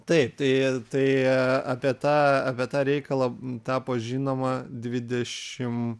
taip tai tai apie tą apie tą reikalą tapo žinoma dvidešim